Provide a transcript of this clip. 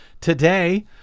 today